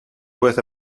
worth